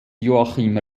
joachim